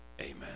amen